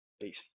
Peace